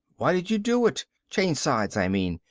why did you do it? change sides i mean.